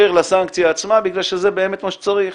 לסנקציה עצמה משום שזה באמת מה שצריך.